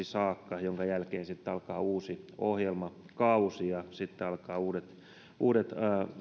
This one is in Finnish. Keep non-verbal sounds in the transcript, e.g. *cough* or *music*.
*unintelligible* saakka jonka jälkeen alkaa uusi ohjelmakausi ja alkavat uudet uudet